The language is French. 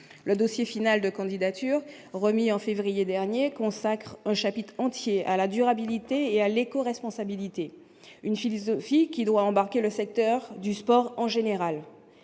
le dossier final de candidature remis en février dernier, consacre un chapitre entier à la durabilité et à l'éco-responsabilité une philosophie qui doit embarquer le secteur du sport en général